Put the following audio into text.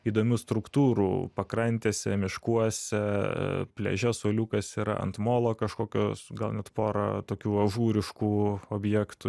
įdomių struktūrų pakrantėse miškuose pliaže suoliukas yra ant molo kažkokios gal net porą tokių ažūriškų objektų